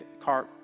car